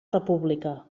república